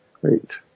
Great